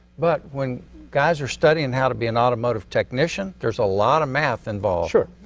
but when guys are studying how to be an automotive technician, there's a lot of math involved. sure.